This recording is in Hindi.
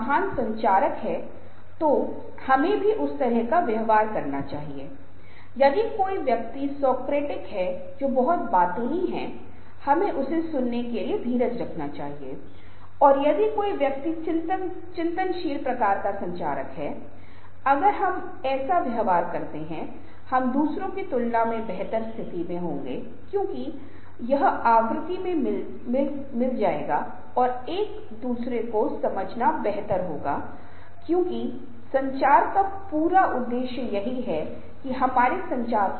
इसलिए संचार मैं हमेशा कहता हूं कि यह ईश्वर का वरदान है यह हमें दिया गया ईश्वर का उपहार है और हमें हमेशा सम्मान और विकास के लिए प्रयास करना चाहिए और यदि हम संचार व्यवहार रोजमर्रा के जीवन के बारे में बहुत कम जानते हैं तो हम दूसरों की तुलना में बेहतर स्थिति में होंगे और हम कम समस्याओं को आमंत्रित करेंगे हम यह नहीं कह सकते कि समस्याएं कभी नहीं आएंगी लेकिन कम से कम हम अपनी समस्याओं को कम कर सकते हैं